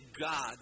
God